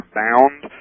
bound